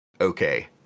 okay